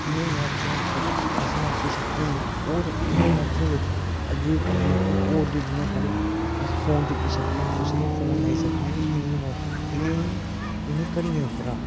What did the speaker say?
इ'नें वॉचें उप्पर अस नापी सकने न होर इ'नें वॉचें बिच अज्जे दे टैम उप्पर होर बी जि'यां साढ़े अस फोन चुक्की सकने न कुसै गी फोन लाई सकने नी इ'नें बॉच इ'नें इ'नें घड़ियें उप्परा